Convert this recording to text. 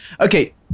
okay